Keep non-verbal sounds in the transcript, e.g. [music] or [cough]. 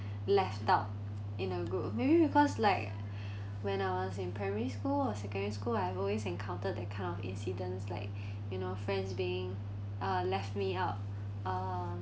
left out in a group of maybe because like [breath] when I was in primary school or secondary school I have always encountered that kind of incidents like [breath] you know friends being uh left me out uh